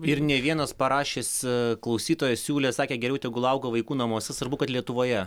ir ne vienas parašęs klausytojas siūlė sakė geriau tegul auga vaikų namuose svarbu kad lietuvoje